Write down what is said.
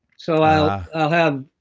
so i'll i'll have.